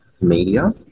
media